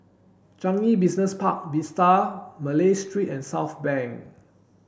Changi Business Park Vista Malay Street and Southbank